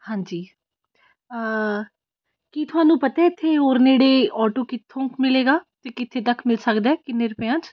ਹਾਂਜੀ ਕੀ ਤੁਹਾਨੂੰ ਪਤਾ ਇੱਥੇ ਹੋਰ ਨੇੜੇ ਅੋਟੋ ਕਿੱਥੋਂ ਮਿਲੇਗਾ ਅਤੇ ਕਿੱਥੇ ਤੱਕ ਮਿਲ ਸਕਦਾ ਕਿੰਨੇ ਰੁਪਿਆਂ 'ਚ